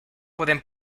pueden